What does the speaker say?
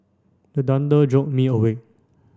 the thunder jolt me awake